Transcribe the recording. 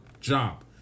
job